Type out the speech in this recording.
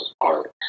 art